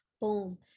Boom